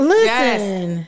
Listen